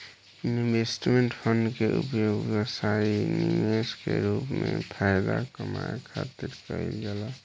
investment fund के उपयोग व्यापारी निवेश के रूप में फायदा कामये खातिर कईल जाला